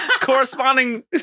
corresponding